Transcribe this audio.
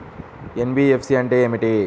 NBFC అంటే ఏమిటి?